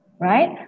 Right